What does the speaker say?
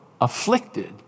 afflicted